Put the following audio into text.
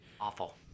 Awful